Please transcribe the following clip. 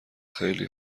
خیلی